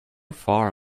far